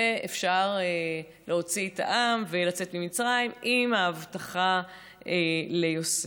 ואפשר להוציא את העם ולצאת ממצרים עם ההבטחה ליוסף.